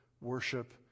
worship